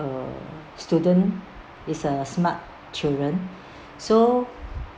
uh student is a smart children so